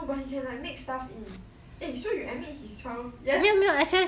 no but he can like make stuff in eh so you admit his 华文 yes